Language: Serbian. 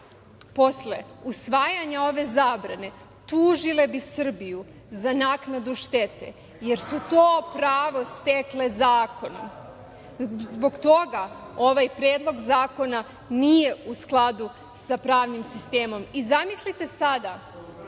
posle usvajanja ove zabrane tužile bi Srbiju za naknadu štete, jer su to pravo stekle zakonom. Zbog toga ovaj predlog zakona nije u skladu sa pravnim sistemom i zamislite sada